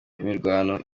imirwano